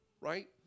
right